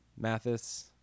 Mathis